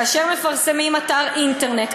כאשר מפרסמים אתר אינטרנט,